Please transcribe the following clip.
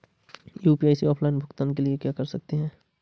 UPI से offline भुगतान के लिए क्या कर सकते हैं?